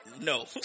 no